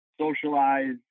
socialize